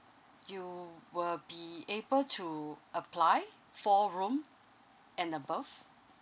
you will be able to apply four room and above